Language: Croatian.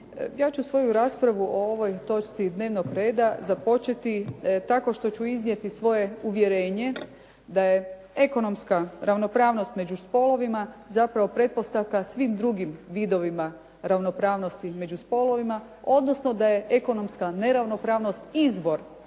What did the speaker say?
Ja ću svoju raspravu o ovoj točci dnevnog reda započeti tako što ću iznijeti svoje uvjerenje da je ekonomska ravnopravnost među spolovima, zapravo pretpostavka svim drugim vidovima ravnopravnosti među spolovima, odnosno da je ekonomska neravnopravnost izbor